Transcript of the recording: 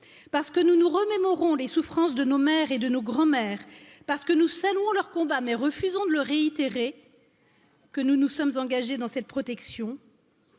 parce que nous nous remémorons les souffrances de nos mères et de nos grands mères parce que nous saluons leur combat mais nous refusons de le réitérer que nous nous sommes engagés dans cette protection